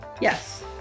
Yes